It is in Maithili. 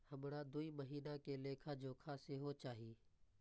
हमरा दूय महीना के लेखा जोखा सेहो चाही